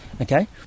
okay